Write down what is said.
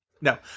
No